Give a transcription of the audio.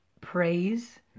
praise